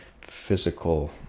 physical